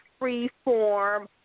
freeform